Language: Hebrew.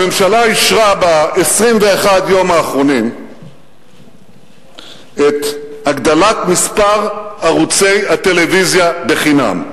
הממשלה אישרה ב-21 יום האחרונים את הגדלת מספר ערוצי הטלוויזיה בחינם.